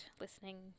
listening